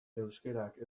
euskarak